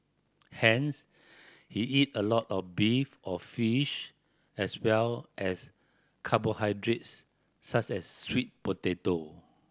hence he eat a lot of beef or fish as well as carbohydrates such as sweet potato